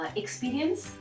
experience